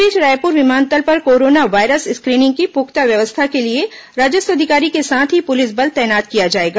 इस बीच रायपुर विमानतल पर कोरोना वायरस स्क्रीनिंग की पुख्ता व्यवस्था के लिए राजस्व अधिकारी के साथ ही पुलिस बल तैनात किया जाएगा